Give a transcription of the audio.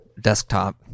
desktop